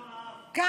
מפחדים.